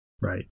Right